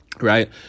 right